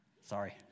Sorry